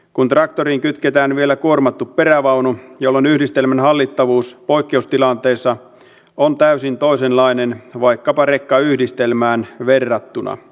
kun traktoriin kytketään vielä kuormattu perävaunu yhdistelmän hallittavuus poikkeustilanteessa on täysin toisenlainen vaikkapa rekkayhdistelmään verrattuna